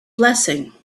blessing